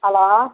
hello